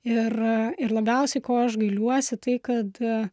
ir ir labiausiai ko aš gailiuosi tai kad